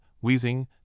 wheezing